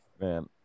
Man